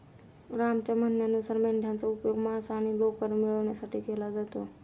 रामच्या म्हणण्यानुसार मेंढयांचा उपयोग मांस आणि लोकर मिळवण्यासाठी केला जातो